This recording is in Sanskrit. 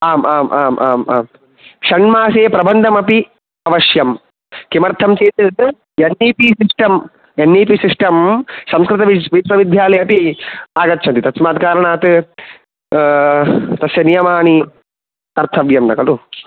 आम् आम् आम् आम् आम् षण् मासे प्रबन्धमपि अवश्यं किमर्थं चेत् N E P system N E P system संस्कृतविश्वविद्यालयेपि आगच्छति तस्मात् कारणात् तत् तस्य नियमानि अर्थव्यं न कलु